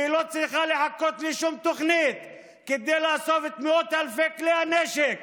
והיא לא צריכה לחכות לשום תוכנית כדי לאסוף את מאות אלפי כלי הנשק